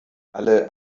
alle